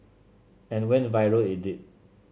and went viral it did